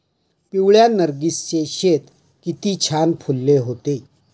पिवळ्या नर्गिसचे शेत किती छान फुलले होते